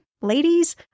ladies